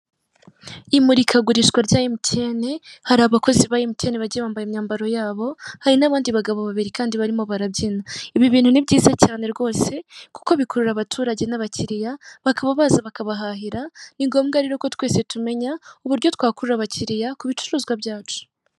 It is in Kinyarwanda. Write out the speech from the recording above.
Imurikagurishwa rya Emutiyene, hari abakozi ba Emutiyene bagiye bambaye imyambaro yabo hari n'abandi bagabo babiri kandi barimo barabyina. Ibi bintu ni byiza cyane rwose kuko bikurura abaturage n'abakiriya bakaba baza bakabahahira ni ngombwa rero ko twese tumenya uburyo twakurura abakiriya ku bicuruzwa byacu.